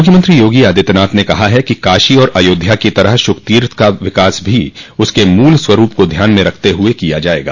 मुख्यमंत्री योगी आदित्यनाथ ने कहा है कि काशी और अयोध्या की तरह शुकतीर्थ का विकास भी उसके मूल स्वरूप को ध्यान में रखते हुए किया जायेगा